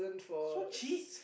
so cheap